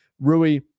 Rui